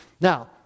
Now